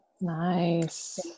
nice